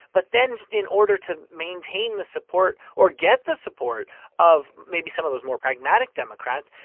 but then in order to maintain the support or get the support of maybe some of those more pragmatic democrats,